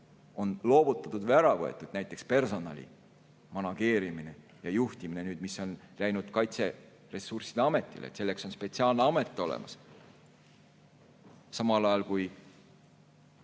on loovutatud või ära võetud, näiteks personali manageerimine, juhtimine, mis on läinud Kaitseressursside Ametile – selleks on spetsiaalne amet olemas. Samal ajal